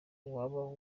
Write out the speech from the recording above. uwaba